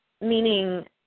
meaning